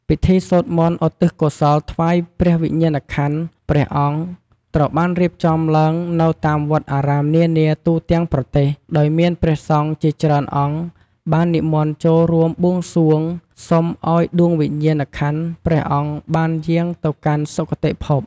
ពិធីសូត្រមន្តឧទ្ទិសកុសលថ្វាយព្រះវិញ្ញាណក្ខន្ធព្រះអង្គ ត្រូវបានរៀបចំឡើងនៅតាមវត្តអារាមនានាទូទាំងប្រទេស ដោយមានព្រះសង្ឃជាច្រើនអង្គបាននិមន្តចូលរួមបួងសួងសុំឱ្យដួងព្រះវិញ្ញាណក្ខន្ធព្រះអង្គបានយាងទៅកាន់សុគតិភព។